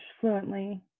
fluently